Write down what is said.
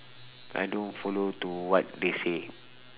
I don't follow to what they say